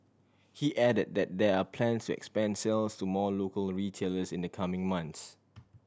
he added that there are plans to expand sales to more local retailers in the coming months